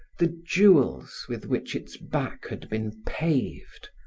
the jewels with which its back had been paved,